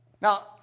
Now